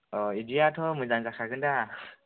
अ बिदियाथ' मोजां जाखागोन दा